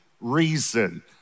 reason